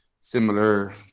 similar